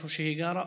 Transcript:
איפה שהיא גרה,